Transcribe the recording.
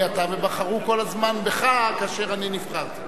ובחרו כל הזמן בך כאשר אני נבחרתי.